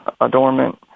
adornment